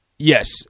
Yes